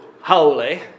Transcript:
holy